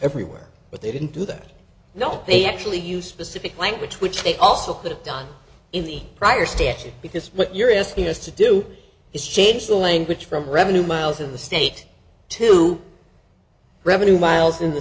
everywhere but they didn't do that not that they actually use specific language which they also put it done in the prior statute because what you're asking us to do is change the language from the revenue miles of the state to revenue miles in the